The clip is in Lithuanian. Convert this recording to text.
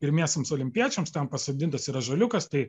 pirmiesiems olimpiečiams ten pasodintas ir ąžuoliukas tai